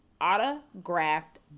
autographed